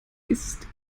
ist